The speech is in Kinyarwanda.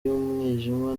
y’umwijima